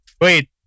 wait